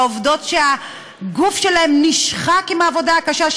עובדות שהגוף שלהן נשחק מהעבודה הקשה,